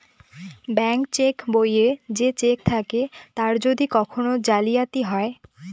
bank cheque বইয়ে যে cheque থাকে তার যদি কখন জালিয়াতি হয়